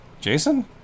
Jason